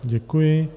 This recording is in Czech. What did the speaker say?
Děkuji.